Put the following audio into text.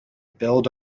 build